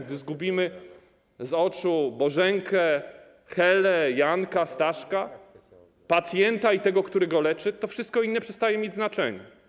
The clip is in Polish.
Gdy zgubimy z oczu Bożenkę, Helę, Janka, Staszka - pacjenta i tego, kto go leczy, to wszystko inne przestaje mieć znaczenie.